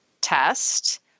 test